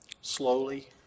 slowly